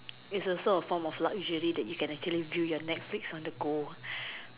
is also a form of luxury that you can actually view your netflix on the go